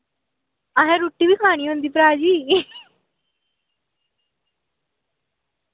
असैं रुट्टी बी खानी होंदी भ्रा जी